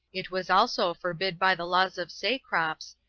it was also forbid by the laws of cecrops,